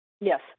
Yes